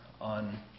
on